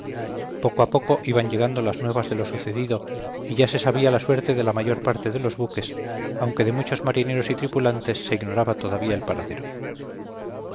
poco a poco iban llegando las nuevas de lo sucedido y ya se sabía la suerte de la mayor parte de los buques aunque de muchos marineros y tripulantes se ignoraba todavía el paradero